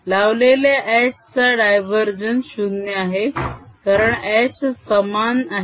लावलेल्या H चा divergence 0 आहे कारण H समान आहे